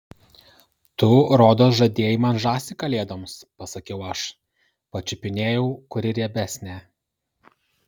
tu rodos žadėjai man žąsį kalėdoms pasakiau aš pačiupinėjau kuri riebesnė